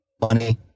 money